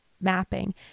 Mapping